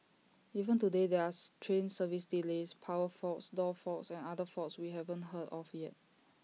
even today there are strain service delays power faults door faults and other faults we haven't heard of yet